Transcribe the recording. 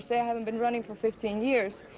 se. i haven't been running for fifteen years.